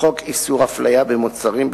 חוק איסור הפליה במוצרים,